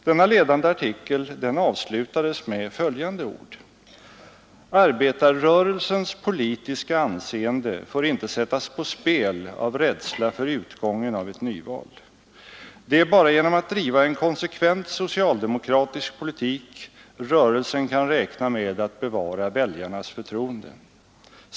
Denna artikel avslutades med följande ord: ” Arbetarrörelsens politiska anseende får inte sättas på spel av rädsla för utgången av ett nyval. Det är bara genom att driva en konsekvent socialdemokratisk politik rörelsen kan räkna med att bevara väljarnas förtroende.